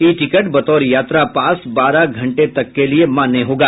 ई ticket बतौर यात्रा पास बारह घंटे तक के लिए मान्य होगा